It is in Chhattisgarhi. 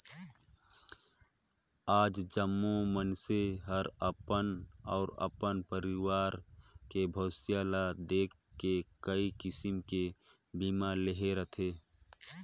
आज जम्मो मइनसे हर अपन अउ अपन परवार के भविस्य ल देख के कइ किसम के बीमा लेहे रथें